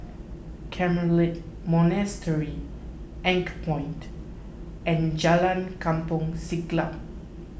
Carmelite Monastery Anchorpoint and Jalan Kampong Siglap